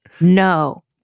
no